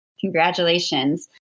Congratulations